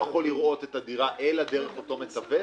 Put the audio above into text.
הציבור לא יכול לראות את הדירה אלא דרך אותו מתווך,